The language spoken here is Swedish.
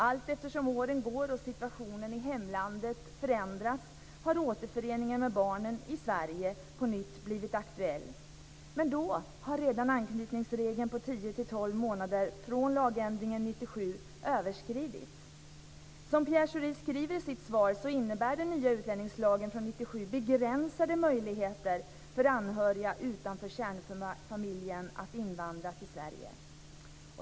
Allteftersom åren går och situationen i hemlandet förändras har återföreningen med barnen i Sverige på nytt blivit aktuell. Men då har redan anknytningsregeln på 10-12 månader från lagändringen 1997 överskridits. Som Pierre Schori skriver i sitt svar innebär den nya utlänningslagen från 1997 begränsade möjligheter för anhöriga utanför kärnfamiljen att invandra till Sverige.